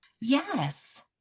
Yes